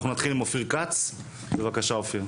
אנחנו נתחיל עם אופיר כץ, בבקשה, אופיר.